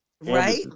Right